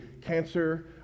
cancer